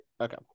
Okay